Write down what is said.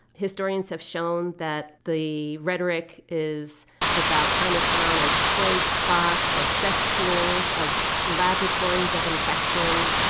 historians have shown that the rhetoric is about chinatown as plague spots, as cesspools of laboratories of infection.